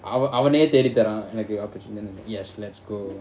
அவஅவனேதேடிதரான்:ava avane thedi tharan opportunity எனக்கு:enakku yes let's go